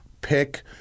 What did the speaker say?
pick